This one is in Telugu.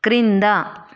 క్రింద